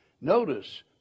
Notice